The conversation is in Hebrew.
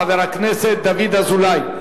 חבר הכנסת דוד אזולאי.